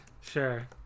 Sure